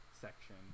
section